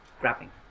grabbing